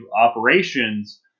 operations